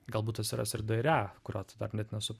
galbūt atsiras ir d ir e kurio tu dar net nesu